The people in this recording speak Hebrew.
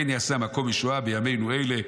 כן יעשה המקום ישועה בימינו אלה",